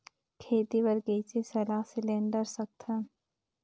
खेती बर कइसे सलाह सिलेंडर सकथन?